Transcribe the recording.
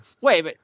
Wait